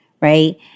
right